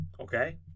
okay